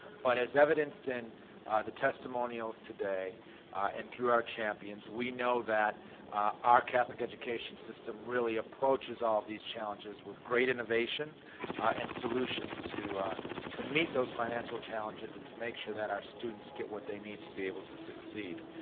but as evidenced in the testimonials today and through our champions, we know that our catholic education system really approaches all of these challenges with great innovation and solutions to to meet those financial challenges and to make sure that our students get what they need to be able to succeed.